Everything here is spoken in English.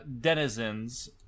denizens